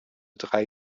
drei